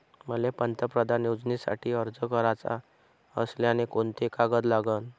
मले पंतप्रधान योजनेसाठी अर्ज कराचा असल्याने कोंते कागद लागन?